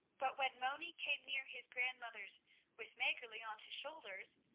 but when moni came near his grandmother's with maggerli on his shoulders,